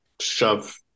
shove